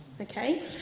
Okay